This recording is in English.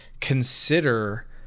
consider